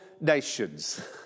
nations